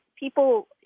People